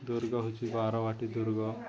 ଦୁର୍ଗ ହେଉଛି ବାରବାଟୀ ଦୁର୍ଗ